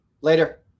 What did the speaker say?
Later